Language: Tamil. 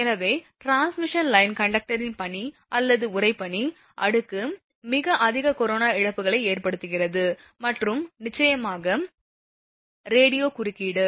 எனவே டிரான்ஸ்மிஷன் லைன் கண்டக்டரில் பனி அல்லது உறைபனி அடுக்கு மிக அதிக கொரோனா இழப்புகளை ஏற்படுத்துகிறது மற்றும் நிச்சயமாக ரேடியோ குறுக்கீடு